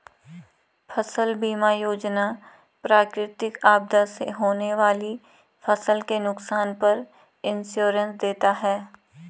फसल बीमा योजना प्राकृतिक आपदा से होने वाली फसल के नुकसान पर इंश्योरेंस देता है